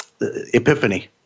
Epiphany